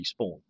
respawn